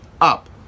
up